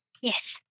Yes